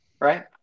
right